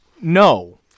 no